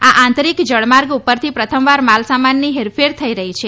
આ આંતરીક જળમાર્ગ ઉપરથી પ્રથમવાર માલસામાનની હેરફેર થઈ રહી છે